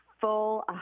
full